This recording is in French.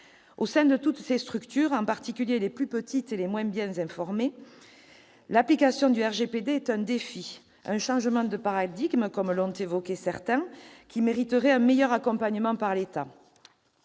Au sein de toutes ces structures, en particulier les plus petites et les moins bien informées, l'application du RGPD est un défi, un « changement de paradigme », comme l'ont évoqué certains, qui mériterait un meilleur accompagnement par l'État.